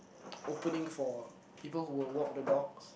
opening for people who will walk the dogs